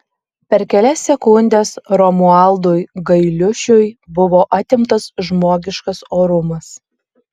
per kelias sekundes romualdui gailiušiui buvo atimtas žmogiškas orumas